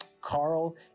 Carl